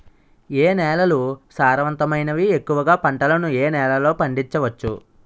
ఏ నేలలు సారవంతమైనవి? ఎక్కువ గా పంటలను ఏ నేలల్లో పండించ వచ్చు?